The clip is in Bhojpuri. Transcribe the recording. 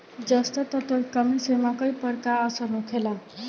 जस्ता तत्व के कमी से मकई पर का असर होखेला?